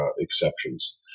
exceptions